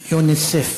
יוניסף.